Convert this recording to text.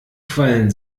quallen